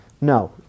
no